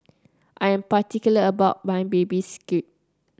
I am particular about my Baby Squid